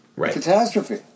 Catastrophe